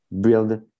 build